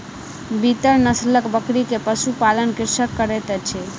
बीतल नस्लक बकरी के पशु पालन कृषक करैत अछि